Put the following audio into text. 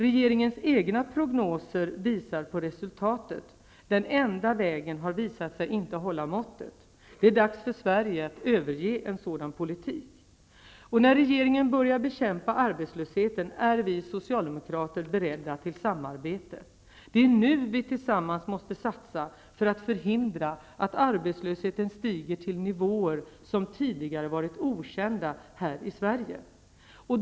Regeringens egna prognoser visar på resultatet. Den enda vägen har visat sig inte hålla måttet. Det är dags för Sverige att överge en sådan politik. När regeringen börjar bekämpa arbetslösheten är vi socialdemokrater beredda till samarbete. Det är nu vi tillsammans måste satsa för att förhindra att arbetslösheten stiger till nivåer som tidigare varit okända här i Sverige.